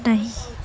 نہیں